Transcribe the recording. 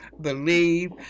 Believe